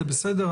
זה בסדר,